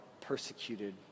persecuted